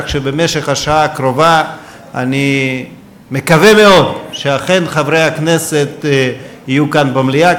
כך שבמשך השעה הקרובה אני מקווה מאוד שאכן חברי הכנסת יהיו כאן במליאה.